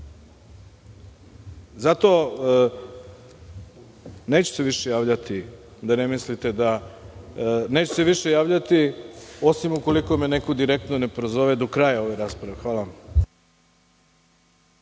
neću se više javljati da ne mislite da, neću se više javljati osim ukoliko me neko direktno ne prozove do kraja ove rasprave. Hvala.